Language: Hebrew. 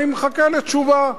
אני מחכה לתשובה.